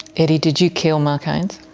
eddie did you kill mark haines?